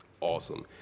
awesome